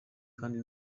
kandi